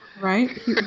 Right